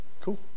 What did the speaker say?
cool